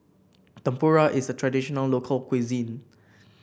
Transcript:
tempura is a traditional local cuisine